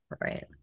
Right